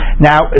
now